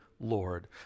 Lord